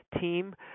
team